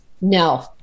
no